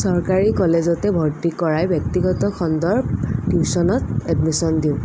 চৰকাৰী কলেজতে ভৰ্তি কৰাই ব্যক্তিগত খণ্ডৰ টিউচনত এডমিচন দিওঁ